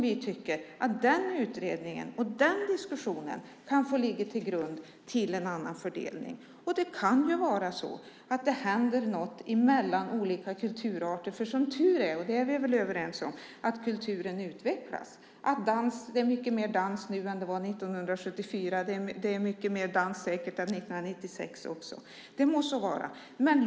Vi tycker att den utredningen och den diskussionen kan få ligga till grund för en annan fördelning. Det kan ju hända något mellan olika kulturarter. Som tur är utvecklas kulturen. Det är mycket mer dans nu än 1974. Det är säkert mycket mer dans än det var 1996 också.